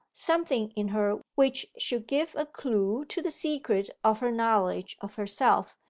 something in her which should give a clue to the secret of her knowledge of herself,